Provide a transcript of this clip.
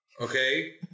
okay